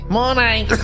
Morning